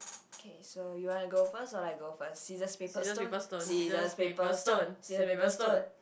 okay so you wanna go first or I go first scissors paper stone scissors paper stone scissors paper stone